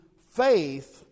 faith